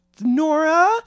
Nora